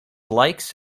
likes